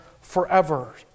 forever